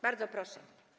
Bardzo proszę.